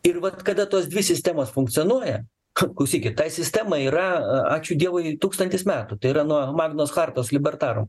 ir vat kada tos dvi sistemos funkcionuoja cha klausykit tai sistema yra ačiū dievui tūkstantis metų tai yra nuo magnos chartos libertarum